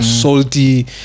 salty